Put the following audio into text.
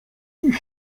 ich